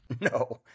no